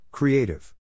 Creative